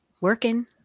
working